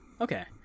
Okay